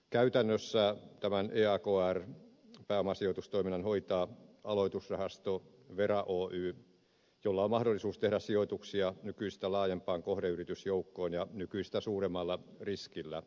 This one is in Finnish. käytännössä tämän eakr pääomasijoitustoiminnan hoitaa aloitusrahasto vera oy jolla on mahdollisuus tehdä sijoituksia nykyistä laajempaan kohdeyritysjoukkoon ja nykyistä suuremmalla riskillä